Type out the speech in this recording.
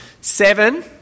Seven